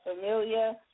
Familia